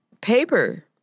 paper